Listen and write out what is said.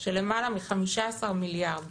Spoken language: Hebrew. של למעלה מ-15 מיליארד